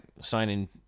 signing